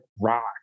rock